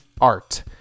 Art